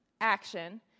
action